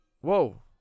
Whoa